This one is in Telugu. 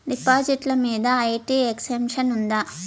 డిపాజిట్లు మీద ఐ.టి ఎక్సెంప్షన్ ఉందా?